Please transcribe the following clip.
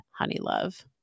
Honeylove